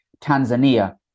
Tanzania